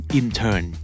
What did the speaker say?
intern